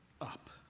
up